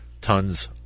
tons